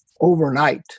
overnight